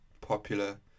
popular